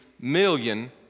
million